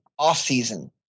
offseason